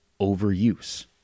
overuse